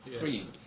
free